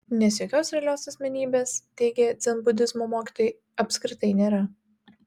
nes jokios realios asmenybės teigia dzenbudizmo mokytojai apskritai nėra